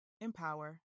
empower